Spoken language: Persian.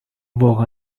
واقعا